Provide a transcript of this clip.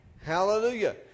Hallelujah